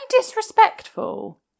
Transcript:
disrespectful